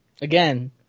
Again